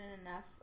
enough